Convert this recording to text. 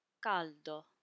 caldo